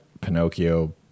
Pinocchio